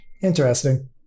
Interesting